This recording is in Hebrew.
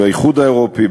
באיחוד האירופי,